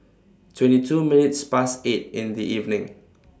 twenty two minutes Past eight in The evening